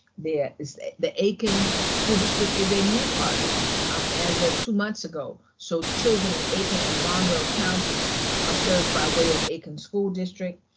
there is the aiken school district is a new partner um as of two months ago. so children in aiken and barnwell counties are served by way of aiken school district.